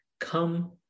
come